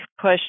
push